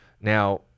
Now